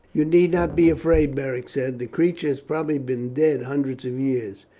you need not be afraid, beric said. the creature has probably been dead hundreds of years.